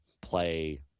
play